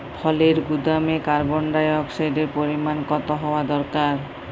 ফলের গুদামে কার্বন ডাই অক্সাইডের পরিমাণ কত হওয়া দরকার?